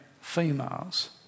females